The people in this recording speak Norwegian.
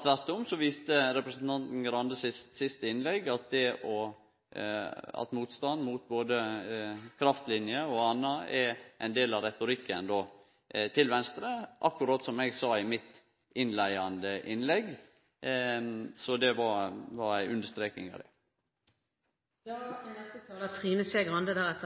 tvert om viste representanten Skei Grande sitt siste innlegg at motstanden mot både kraftlinjer og anna er ein del av retorikken til Venstre – akkurat som eg sa i mitt innleiande innlegg, så det var ei understreking berre. Representanten Trine Skei Grande har